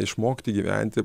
išmokti gyventi